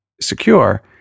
secure